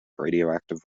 radioactive